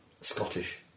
Scottish